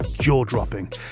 jaw-dropping